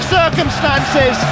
circumstances